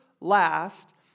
last